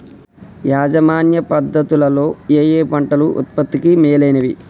యాజమాన్య పద్ధతు లలో ఏయే పంటలు ఉత్పత్తికి మేలైనవి?